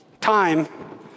time